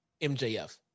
MJF